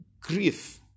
grief